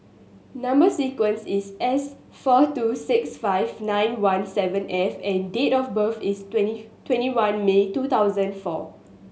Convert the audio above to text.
number sequence is S four two six five nine one seven F and date of birth is twentieth twenty one May two thousand and four